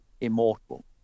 immortal